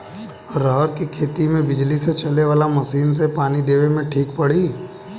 रहर के खेती मे बिजली से चले वाला मसीन से पानी देवे मे ठीक पड़ी?